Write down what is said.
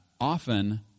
often